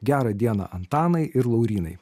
gerą dieną antanai ir laurynai